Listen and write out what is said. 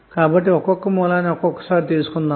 కాబట్టి ఒకొక్క సోర్స్ ని విడిగా తీసుకుందాము